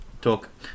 talk